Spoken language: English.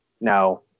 no